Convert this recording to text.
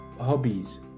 hobbies